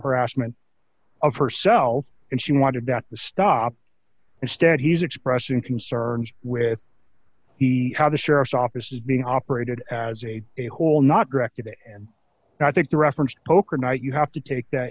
harassment of herself and she wanted that to stop instead he's expressing concerns with the how the sheriff's office is being operated as a whole not directed it and i think the reference to poker night you have to take that